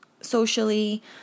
socially